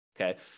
Okay